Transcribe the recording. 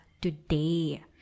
today